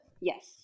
Yes